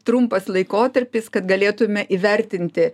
trumpas laikotarpis kad galėtume įvertinti